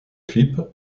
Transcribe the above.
clip